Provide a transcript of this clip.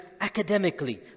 academically